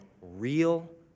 real